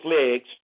legs